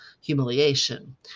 humiliation